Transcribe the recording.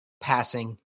passing